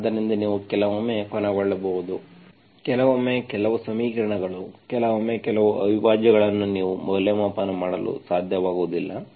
ಆದ್ದರಿಂದ ನೀವು ಕೆಲವೊಮ್ಮೆ ಕೊನೆಗೊಳ್ಳಬಹುದು ಕೆಲವೊಮ್ಮೆ ಕೆಲವು ಸಮೀಕರಣಗಳು ಕೆಲವೊಮ್ಮೆ ಕೆಲವು ಅವಿಭಾಜ್ಯಗಳನ್ನು ನೀವು ಮೌಲ್ಯಮಾಪನ ಮಾಡಲು ಸಾಧ್ಯವಾಗುವುದಿಲ್ಲ